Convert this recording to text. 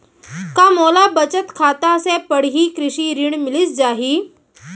का मोला बचत खाता से पड़ही कृषि ऋण मिलिस जाही?